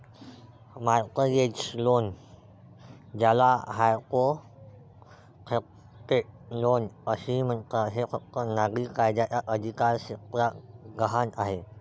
mortgage loan, ज्याला hypothecate loan असेही म्हणतात, हे फक्त नागरी कायद्याच्या अधिकारक्षेत्रात गहाण आहे